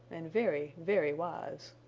and very, very wise.